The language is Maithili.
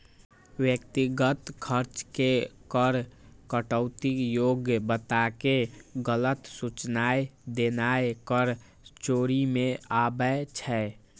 व्यक्तिगत खर्च के कर कटौती योग्य बताके गलत सूचनाय देनाय कर चोरी मे आबै छै